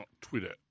Twitter